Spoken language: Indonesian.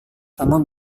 kamu